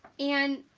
and